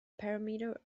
parameter